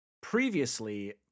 previously